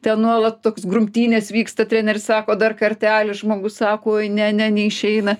ten nuolat toks grumtynės vyksta treneris sako dar kartelį žmogus sako oi ne ne neišeina